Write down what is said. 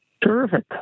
Terrific